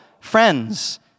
friends